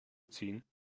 ziehen